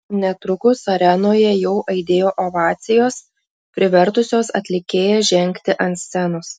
netrukus arenoje jau aidėjo ovacijos privertusios atlikėją žengti ant scenos